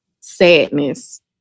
sadness